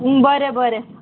बरें बरें